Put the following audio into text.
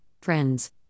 friends